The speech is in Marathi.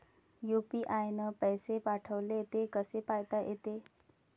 यू.पी.आय न पैसे पाठवले, ते कसे पायता येते?